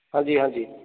ਹਾਂਜੀ ਹਾਂਜੀ